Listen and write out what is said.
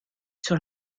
sur